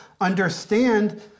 understand